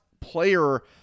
player